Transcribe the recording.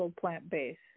plant-based